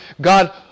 God